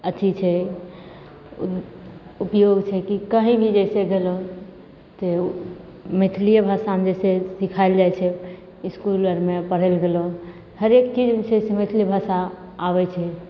अथी छै ओ उपयोग छै कहीँ भी जइसे गेलहुँ तऽ मैथिलिए भाषामे जइसे सिखाएल जाइ छै इसकुल आओरमे पढ़ैले गेलहुँ हरेक चीजमे छै से मैथिली भाषा आबै छै